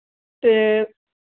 ते